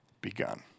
begun